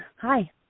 Hi